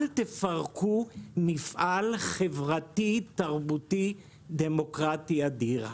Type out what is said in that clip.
אל תפרקו מפעל חברתי, תרבותי, דמוקרטי אדיר.